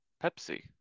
Pepsi